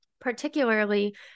particularly